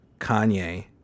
Kanye